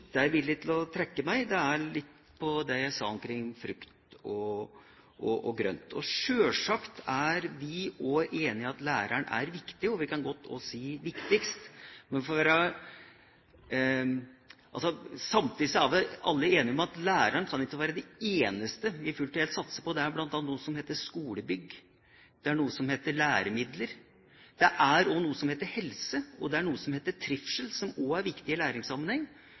er villig til å trekke meg, er på det jeg sa om frukt og grønt. Selvsagt er vi også enige i at læreren er viktig. Vi kan godt også si viktigst, men samtidig er vel alle enige om at lærerne ikke kan være det eneste vi fullt og helt satser på. Det er bl.a. noe som heter skolebygg, det er noe som heter læremidler. Det er også noe som heter helse, og det er noe som heter trivsel, som også er viktig i læringssammenheng.